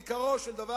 בעיקרו של דבר,